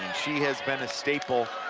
she has been a staple